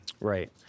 right